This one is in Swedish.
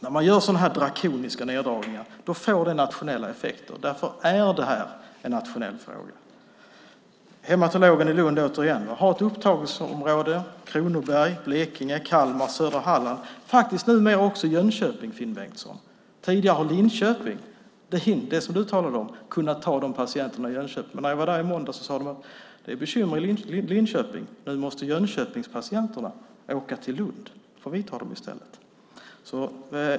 När man gör sådana här drakoniska neddragningar får det nationella effekter. Därför är detta en nationell fråga. Hematologen i Lund, återigen, har ett upptagningsområde som består av Kronoberg, Blekinge, Kalmar, södra Halland och faktiskt numera också Jönköping, Finn Bengtsson. Tidigare har Linköping, som du talade om, kunnat ta Jönköpingspatienterna. Men när jag var där i måndags sade man att det var bekymmer i Linköping, så Jönköpingspatienterna måste åka till Lund i stället.